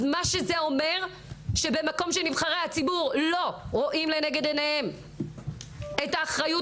אז מה שזה אומר שזה מקום שנבחרי הציבור לא רואים לנגד עיניהם את האחריות